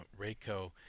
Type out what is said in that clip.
Rayco